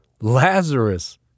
Lazarus